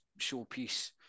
showpiece